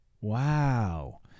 Wow